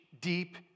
deep